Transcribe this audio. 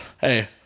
hey